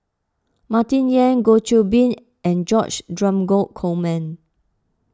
Martin Yan Goh Qiu Bin and George Dromgold Coleman